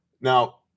Now